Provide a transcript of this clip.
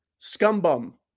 scumbum